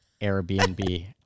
Airbnb